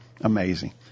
Amazing